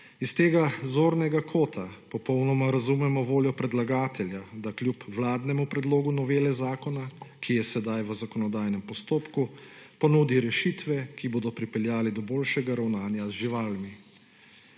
Iz tega zornega kota popolnoma razumemo voljo predlagatelja, da kljub vladnemu predlogu novele zakona, ki je sedaj v zakonodajnem postopku, ponudi rešitve, ki bodo pripeljale do boljšega ravnanja z živalmi.